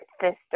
sister